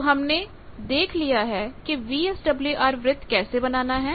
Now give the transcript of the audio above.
तो हमने देख लिया है कि वीएसडब्ल्यूआर वृत्त कैसे बनाना है